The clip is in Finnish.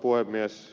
rauhalan ehdotusta